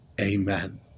amen